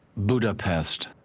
budapest.